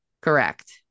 Correct